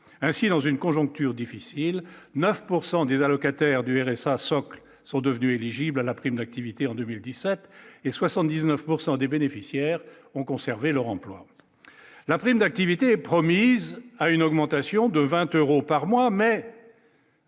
ainsi dans une conjoncture difficile 9 pourcent des allocataires du RSA socle sont devenus éligibles à la prime d'activité en 2017 et 79 pourcent des bénéficiaires ont conservé leur emploi, la prime d'activité promise à une augmentation de 20 euros par mois mais.